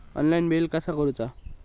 Online bill कसा करुचा?